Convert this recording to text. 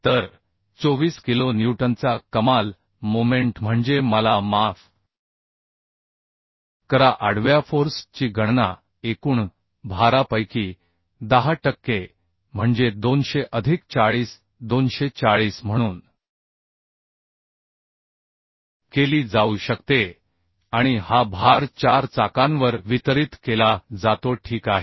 तर 24 किलो न्यूटनचा कमाल मोमेंट म्हणजे मला माफ करा आडव्याफोर्स ची गणना एकूण भारापैकी 10 टक्के म्हणजे 200 अधिक 40 240 म्हणून केली जाऊ शकते आणि हा भार 4 चाकांवर वितरित केला जातो ठीक आहे